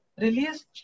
Release